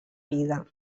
vida